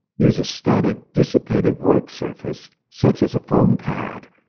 use a static dissipative work surface, such as a foam pad,